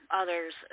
others